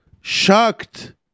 shocked